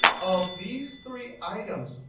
of these three items,